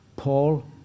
Paul